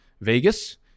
Vegas